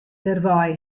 dêrwei